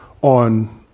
on